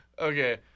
Okay